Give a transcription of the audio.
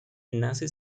nace